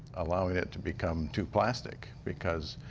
allowing it to become too plastic. because